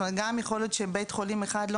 זאת אומרת: יכול להיות שגם בית חולים אחד לא